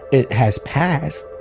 it has passed.